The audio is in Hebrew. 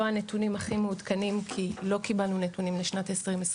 לא הנתונים הכי מעודכנים כי לא קיבלנו נתונים לשנת 2022,